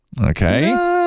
Okay